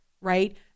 right